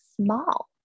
small